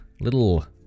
little